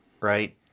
right